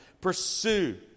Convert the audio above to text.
pursue